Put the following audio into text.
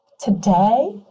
Today